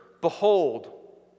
Behold